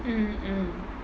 mm mm